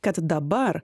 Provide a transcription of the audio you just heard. kad dabar